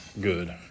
good